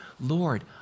Lord